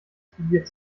probiert